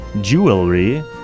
Jewelry